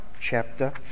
chapter